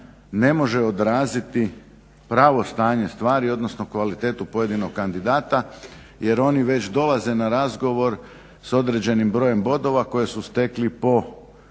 ne može odraziti pravo stanje stvari, odnosno kvalitetu pojedinog kandidata jer oni već dolaze na razgovor s određenim brojem bodova koje su stekli po